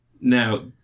Now